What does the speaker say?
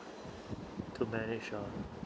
to manage ah